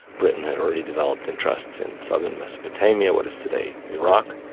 britain had already developed in trust in southern mesopotamia, what is today iraq,